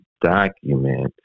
document